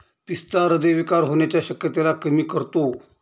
पिस्ता हृदय विकार होण्याच्या शक्यतेला कमी करतो